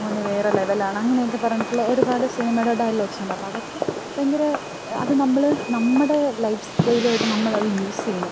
മോനെ വേറെ ലെവലാണ് അങ്ങനെയൊക്കെ പറഞ്ഞിട്ടുള്ള ഒരുപാട് സിനിമയുടെ ഡയലോഗ്സുണ്ട് അപ്പോള് അതൊക്കെ ഭയങ്കര അത് നമ്മള് നമ്മുടെ ലൈഫ്സ്റ്റൈലുമായിട്ട് നമ്മളത് യൂസ് ചെയ്യുന്നത്